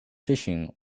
fishing